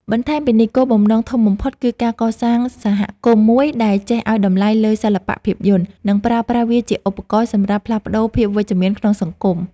បន្ថែមពីនេះ គោលបំណងធំបំផុតគឺការកសាងសហគមន៍មួយដែលចេះឱ្យតម្លៃលើសិល្បៈភាពយន្ត និងប្រើប្រាស់វាជាឧបករណ៍សម្រាប់ផ្លាស់ប្តូរភាពវិជ្ជមានក្នុងសង្គម។